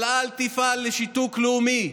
אבל אל תפעל לשיתוק לאומי.